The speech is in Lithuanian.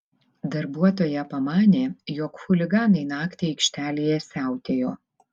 darbuotoja pamanė jog chuliganai naktį aikštelėje siautėjo